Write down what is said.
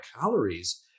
calories